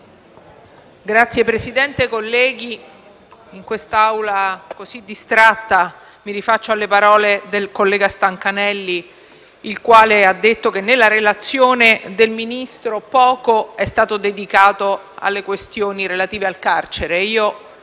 Signor Presidente, colleghi, in quest'Aula così distratta mi rifaccio alle parole del collega Stancanelli, il quale ha detto che nella relazione del Ministro poco è stato dedicato alle questioni relative al carcere